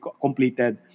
completed